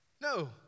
No